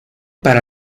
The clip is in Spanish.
para